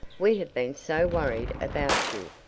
we have been so worried about you.